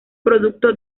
producto